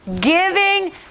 giving